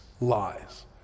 lies